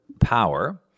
power